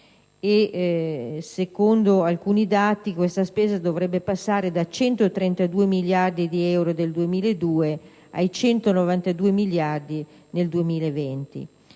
e, secondo alcuni dati, questa spesa dovrebbe passare da 132 miliardi di euro del 2002 ai 192 miliardi nel 2020.